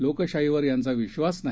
लोकशाहीवर यांचा विश्वास नाही